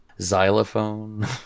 Xylophone